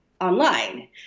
online